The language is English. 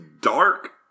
dark